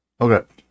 Okay